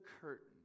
curtain